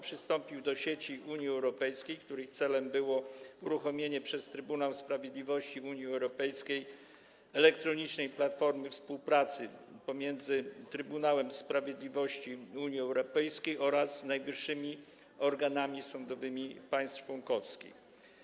Przystąpił do sieci Unii Europejskiej, której celem było uruchomienie przez Trybunał Sprawiedliwości Unii Europejskiej elektronicznej platformy współpracy pomiędzy Trybunałem Sprawiedliwości Unii Europejskiej oraz najwyższymi organami sądowymi państw członkowskich.